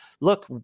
look